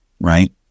right